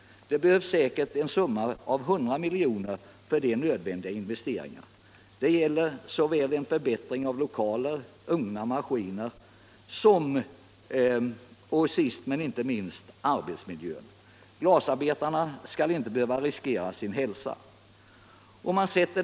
Det behövs säkert en summa av 100 milj.kr. för de nödvändiga investeringarna. Det gäller en förbättring av lokaler, ugnar och maskiner och sist men inte minst av arbetsmiljön. Glasarbetarna skall inte behöva riskera sin hälsa.